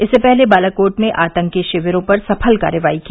इससे पहले बालाकोट में आतंकी शिविरों पर सफल कार्रवाई की